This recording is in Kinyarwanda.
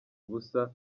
ubusa